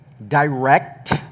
direct